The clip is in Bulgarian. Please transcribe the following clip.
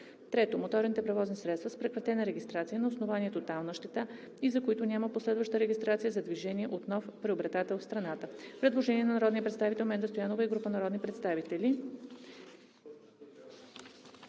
3. моторните превозни средства с прекратена регистрация на основание тотална щета и за които няма последваща регистрация за движение от нов приобретател в страната.“ Предложение на народния представител Менда Стоянова и група народни представители.